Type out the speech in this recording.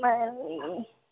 మా